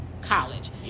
college